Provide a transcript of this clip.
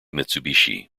mitsubishi